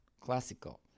classical